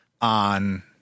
on